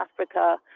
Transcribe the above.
africa